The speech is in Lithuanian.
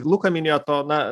luka minėjo to na